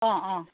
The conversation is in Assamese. অঁ অঁ